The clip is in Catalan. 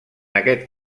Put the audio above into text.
aquest